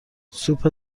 سوپ